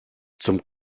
zum